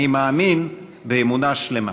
אני מאמין באמונה שלמה".